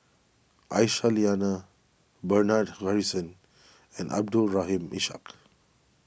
Aisyah Lyana Bernard Harrison and Abdul Rahim Ishak